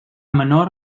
menor